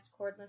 cordless